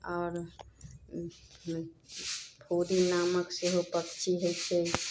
आओर पूरी नामक सेहो पक्षी होइ छै